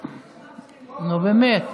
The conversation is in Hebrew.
באמת.